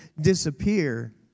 disappear